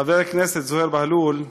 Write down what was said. חבר הכנסת זוהיר בהלול,